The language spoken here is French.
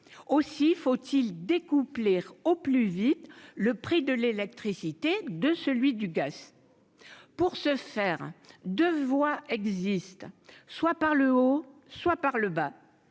aussi faut-il découpler au plus vite le prix de l'électricité de celui du gaz, pour ce faire de voix existent, soit par le haut, soit par le bas,